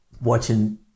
watching